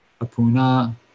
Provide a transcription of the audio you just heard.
apuna